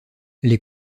les